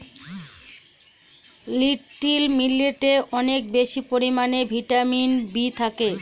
little মিলেটে অনেক বেশি পরিমানে ভিটামিন বি থাকে